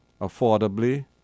affordably